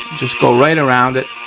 just go right around it.